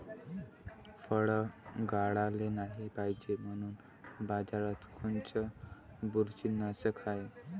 फळं गळाले नाही पायजे म्हनून बाजारात कोनचं बुरशीनाशक हाय?